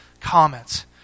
comments